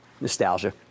Nostalgia